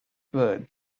word